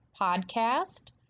Podcast